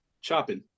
Chopping